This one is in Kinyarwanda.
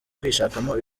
kwishakamo